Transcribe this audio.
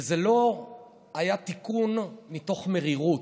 וזה לא היה תיקון מתוך מרירות,